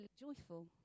joyful